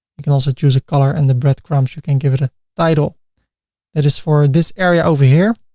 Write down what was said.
you can also choose a color and the breadcrumbs, you can give it a title that is for this area over here.